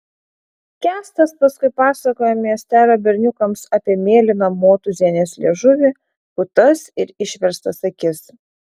kęstas paskui pasakojo miestelio berniukams apie mėlyną motūzienės liežuvį putas ir išverstas akis